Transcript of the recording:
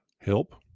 help